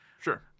Sure